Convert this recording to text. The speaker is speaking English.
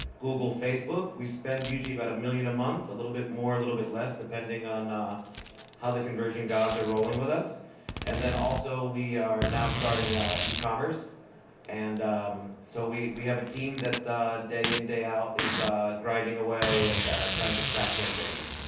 google, facebook. we spend usually about a million a month a little bit more, a little bit less, depending on how the conversion gods are rolling with us and then also we are now starting ecommerce, and so we we have a team that day-in day-out is grinding away and trying to crack campaigns.